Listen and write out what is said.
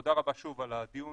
תודה רבה שוב על הדיון,